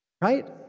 Right